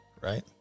Right